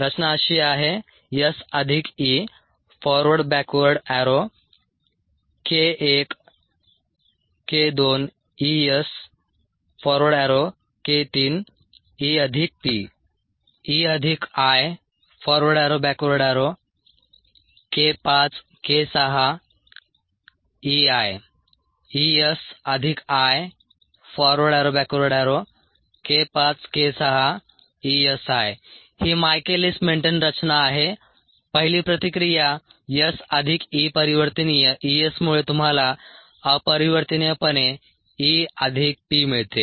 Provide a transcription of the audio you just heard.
रचना अशी आहे ही मायकेलिस मेन्टेन रचना आहे पहिली प्रतिक्रिया S अधिक E परिवर्तनीय E S मुळे तुम्हाला अपरिवर्तनीयपणे E अधिक P मिळते